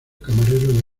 camarero